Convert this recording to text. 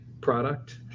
product